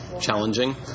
challenging